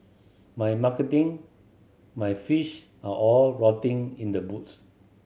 my marketing my fish are all rotting in the boots